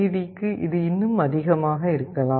டிக்கு இது இன்னும் அதிகமாக இருக்கலாம்